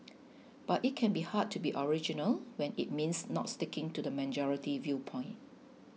but it can be hard to be original when it means not sticking to the majority viewpoint